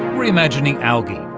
re-imagining algae,